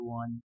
one